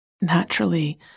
naturally